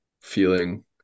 feeling